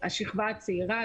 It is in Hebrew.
השכבה הצעירה,